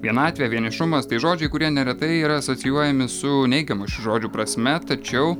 vienatvė vienišumas tai žodžiai kurie neretai yra asocijuojami su neigiama šių žodžių prasme tačiau